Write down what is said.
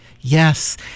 Yes